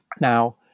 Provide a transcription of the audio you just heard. Now